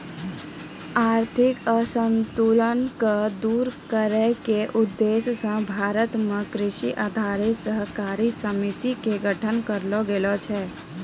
आर्थिक असंतुल क दूर करै के उद्देश्य स भारत मॅ कृषि आधारित सहकारी समिति के गठन करलो गेलो छै